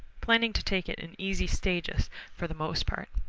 planning to take it in easy stages for the most part.